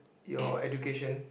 your education